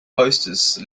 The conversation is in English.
posters